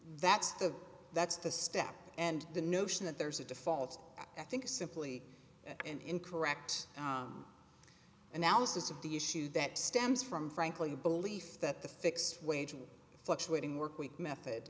that's the that's the step and the notion that there's a default i think is simply an incorrect analysis of the issue that stems from frankly belief that the fixed wage fluctuating workweek method